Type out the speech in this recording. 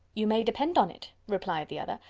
you may depend on it, replied the other,